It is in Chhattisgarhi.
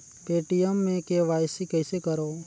पे.टी.एम मे के.वाई.सी कइसे करव?